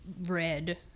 red